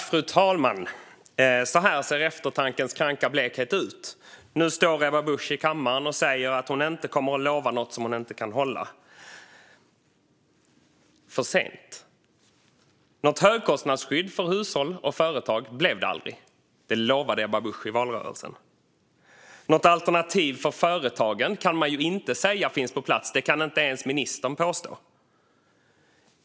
Fru talman! Så här ser eftertankens kranka blekhet ut. Nu står Ebba Busch i kammaren och säger att hon inte kommer att lova något som hon inte kan hålla. För sent! Något högkostnadsskydd för hushåll och företag blev det aldrig. Det lovade Ebba Busch i valrörelsen. Något alternativ för företagen kan man inte säga finns på plats. Det kan inte ens ministern påstå.